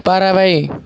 பறவை